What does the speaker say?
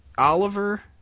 Oliver